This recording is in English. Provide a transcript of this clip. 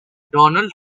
donald